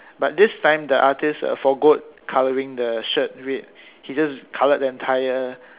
but this time the artist uh forgoed colouring the shirt red he just colored the entire